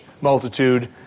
multitude